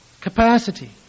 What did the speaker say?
capacity